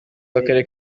w’akarere